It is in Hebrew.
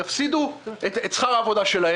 יפסידו את שכר העבודה,